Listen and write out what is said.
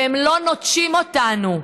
והם לא נוטשים אותנו.